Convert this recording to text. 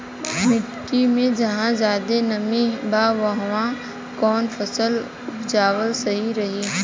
मिट्टी मे जहा जादे नमी बा उहवा कौन फसल उपजावल सही रही?